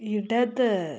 ഇടത്